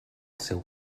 seu